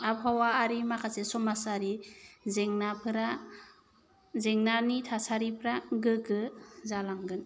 आबहावायारि माखासे समाजारि जेंनाफोरा जेंनानि थासारिफोरा गोग्गो जालांगोन